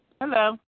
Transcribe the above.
Hello